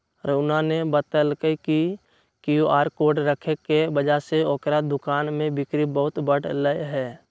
रानूआ ने बतल कई कि क्यू आर कोड रखे के वजह से ओकरा दुकान में बिक्री बहुत बढ़ लय है